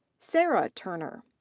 sara turner.